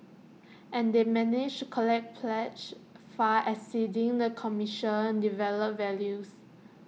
and they managed collect pledges far exceeding the commercial developer's values